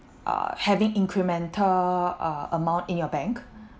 uh having incremental uh amount in your bank